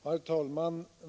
Herr talman!